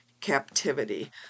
captivity